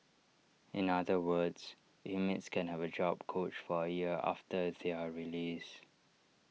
in other words inmates can have A job coach for A year after their release